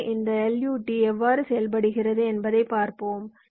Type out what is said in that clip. எனவே இந்த LUT எவ்வாறு செயல்படுகிறது என்பதைப் பார்ப்போம்